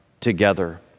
together